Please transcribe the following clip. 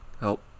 Help